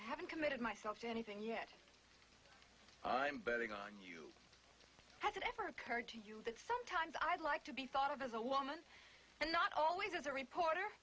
haven't committed myself to anything yet i'm betting on you has it ever occurred to you that sometimes i'd like to be thought of as a woman and not always as a reporter